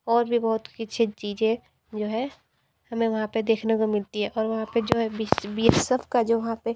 और भी बहुत कुछ चीज़ें जो है हमें वहाँ पे देखने को मिलती है और वहाँ पे जो है बी एस एफ का जो वहाँ पे